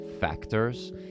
factors